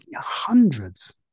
hundreds